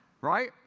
Right